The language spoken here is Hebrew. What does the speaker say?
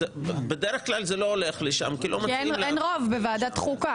בדרך כלל זה לא הולך לשם כי לא מגיעים --- כי אין רוב בוועדת כנסת.